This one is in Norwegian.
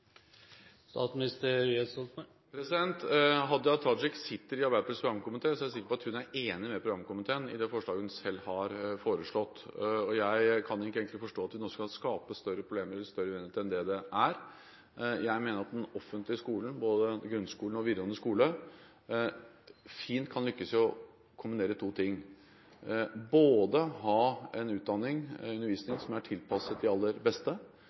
Hadia Tajik sitter i Arbeiderpartiets programkomité. Jeg er sikker på at hun er enig med programkomiteen i det forslaget hun selv har foreslått. Jeg kan egentlig ikke forstå at vi nå skal skape større problemer eller større uenighet enn det det er. Jeg mener at den offentlige skolen, både grunnskolen og den videregående skolen, fint kan lykkes i å kombinere to ting, nemlig å ha tilpasset opplæring både for dem som sliter, og for de aller beste,